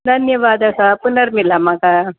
धन्यवादः पुनर्मिलामः